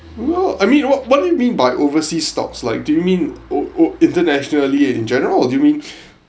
well I mean what what do you mean by overseas stocks like do you mean o~ o~ internationally in general or do you mean